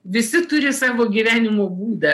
visi turi savo gyvenimo būdą